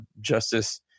justice